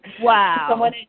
Wow